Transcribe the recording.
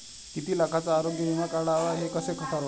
किती लाखाचा आरोग्य विमा काढावा हे कसे ठरवावे?